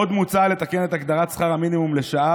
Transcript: עוד מוצע לתקן את הגדרת שכר המינימום לשעה